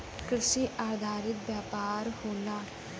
कृषि आधारित व्यापार होला